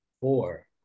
Four